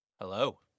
Hello